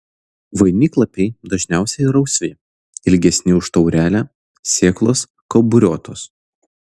vainiklapiai dažniausiai rausvi ilgesni už taurelę sėklos kauburiuotos